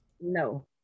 No